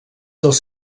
dels